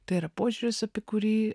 tai yra požiūris apie kurį